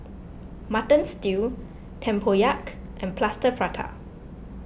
Mutton Stew Tempoyak and Plaster Prata